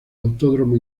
autódromo